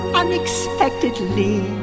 unexpectedly